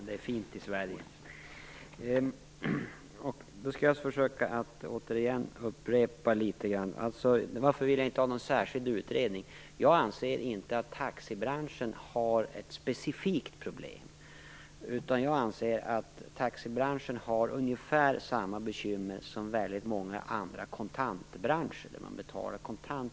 Fru talman! Det är fint i Sverige. Jag skall upprepa litet grand. Varför vill jag inte ha någon särskild utredning? Jag anser inte att taxibranschen har ett specifikt problem. Jag anser att taxibranschen har ungefär samma bekymmer som väldigt många andra kontantbranscher.